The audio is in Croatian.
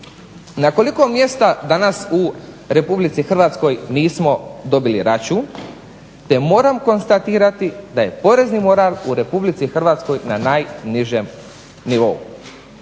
Na koliko mjesta danas u RH nismo dobili račun, te moram konstatirati da je porezni moral u RH na najnižem nivou.